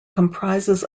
comprises